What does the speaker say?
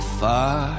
far